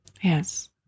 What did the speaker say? Yes